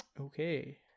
Okay